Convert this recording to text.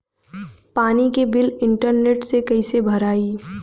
पानी के bill internet से कइसे भराई?